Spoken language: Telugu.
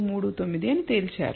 239 అని తేల్చారు